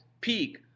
peak